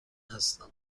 هستم